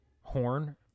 horn